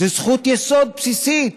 זאת זכות יסוד בסיסית.